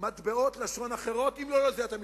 מטבעות לשון אחרות, אם לא לזה אתה מתכוון.